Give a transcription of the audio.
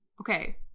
okay